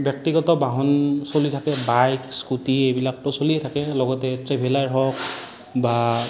ব্যক্তিগত বাহন চলি থাকে বাইক স্কুটি এইবিলাকতো চলিয়ে থাকে লগতে ট্ৰেভেলাৰ হওক বা